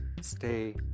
stay